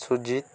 Sujit